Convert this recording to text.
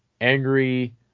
angry